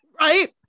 right